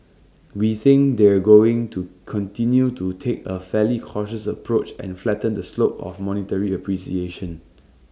we think they're going to continue to take A fairly cautious approach and flatten the slope of monetary appreciation